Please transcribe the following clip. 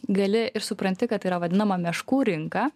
gali ir supranti kad tai yra vadinama meškų rinka